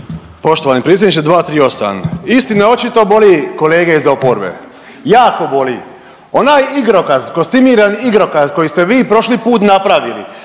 Poštovani predsjedniče 238. Istina očito boli kolege iz oporbe, jako boli. Onaj igrokaz, kostimirani igrokaz koji ste vi prošli pun napravili